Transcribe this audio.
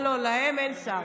לא, לא, להם אין שר.